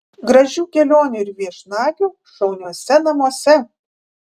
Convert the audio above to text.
gražių kelionių ir viešnagių šauniuose namuose